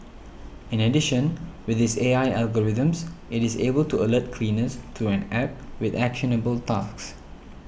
in addition with its A I algorithms it is able to alert cleaners through an App with actionable tasks